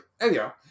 Anyhow